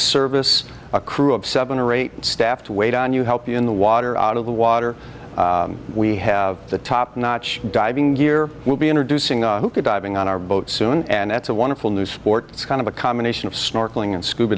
service a crew of seven or eight staff to wait on you help you in the water out of the water we have the top notch diving gear we'll be introducing our diving on our boat soon and it's a wonderful new sport it's kind of a combination of snorkeling and scuba